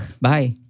Bye